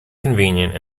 convenient